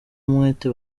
umwete